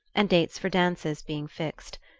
and dates for dances being fixed.